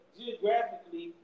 geographically